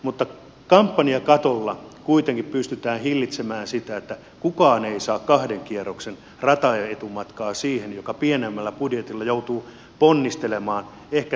mutta kampanjakatolla kuitenkin pystytään hillitsemään sitä että kukaan ei saa kahden kierroksen rataetumatkaa siihen joka pienemmällä budjetilla joutuu ponnistelemaan ehkä sitkeämmin